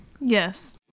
Yes